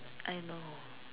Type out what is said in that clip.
I know